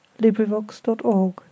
LibriVox.org